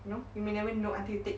you know you may not know until you take